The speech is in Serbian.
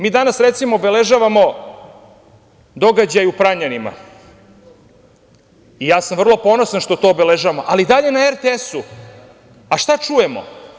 Mi danas, recimo, obeležavamo događaj u Pranjanima i ja sam vrlo ponosan što to obeležavamo, ali i dalje na RTS-u šta čujemo?